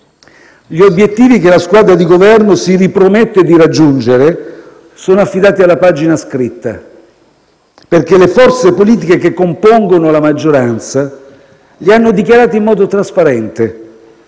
Gli obiettivi che la squadra di Governo si ripromette di raggiungere sono affidati alla pagina scritta, perché le forze politiche che compongono la maggioranza li hanno dichiarati in modo trasparente,